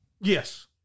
Yes